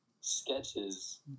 sketches